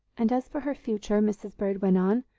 and as for her future, mrs. bird went on,